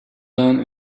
done